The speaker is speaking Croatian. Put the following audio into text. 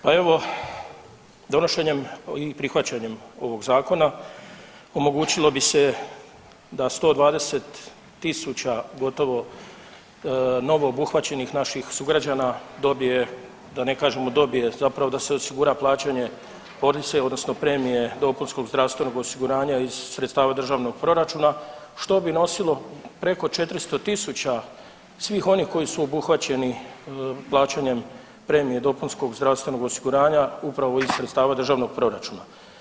Pa evo, donošenjem i prihvaćanjem ovog Zakona omogućilo bi se da 120 tisuća gotovo novo obuhvaćenih naših sugrađana dobije, da ne kažemo dobije, zapravo da se osigura plaćanje police, odnosno premije dopunskog zdravstvenog osiguranja iz sredstava Državnog proračuna, što bi nosilo preko 400 tisuća svih onih koji su obuhvaćeni plaćanjem premije dopunskog zdravstvenog osiguranja upravo iz sredstava Državnog proračuna.